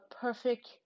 perfect